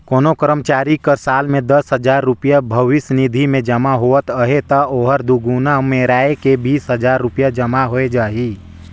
कोनो करमचारी कर साल में दस हजार रूपिया भविस निधि में जमा होवत अहे ता ओहर दुगुना मेराए के बीस हजार रूपिया जमा होए जाही